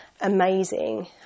amazing